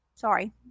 sorry